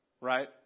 right